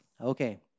Okay